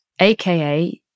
aka